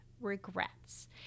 regrets